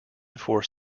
forced